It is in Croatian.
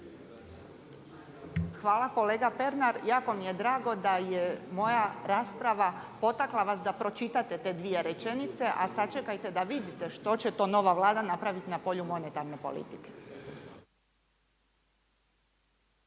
Hvala kolega Pernar. Jako mi je drago da je moja rasprava potakla vas da pročitate te dvije rečenice, a sačekajte da vidite što će to nova Vlada napraviti na polju monetarne politike.